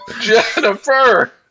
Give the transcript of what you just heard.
Jennifer